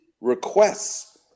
requests